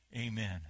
amen